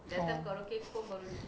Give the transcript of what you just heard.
oh